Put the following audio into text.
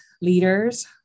leaders